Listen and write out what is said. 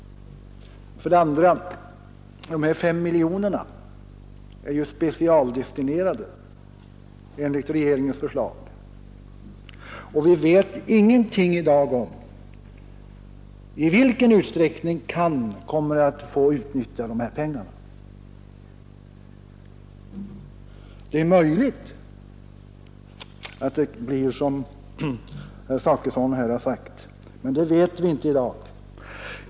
Vidare är dessa 5 miljoner kronor specialdestinerade enligt regeringens förslag, och vi vet i dag ingenting om i vilken utsträckning CAN kommer att få utnyttja dessa pengar. Det är möjligt att det blir som herr Zachrisson här har sagt, men det vet vi inte nu.